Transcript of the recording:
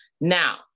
Now